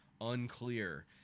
unclear